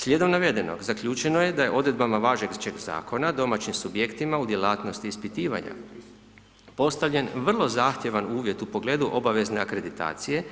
Slijedom navedenog, zaključeno je da je odredbama važećeg Zakona domaćim subjektima u djelatnosti ispitivanja postavljen vrlo zahtjevan uvjet u pogledu obavezne akreditacije